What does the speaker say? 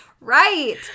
Right